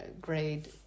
grade